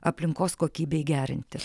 aplinkos kokybei gerinti